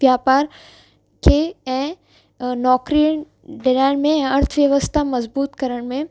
वापार खे ऐं नौकिरियुनि डिराइण में अर्थ व्यवस्था मज़बूतु करण में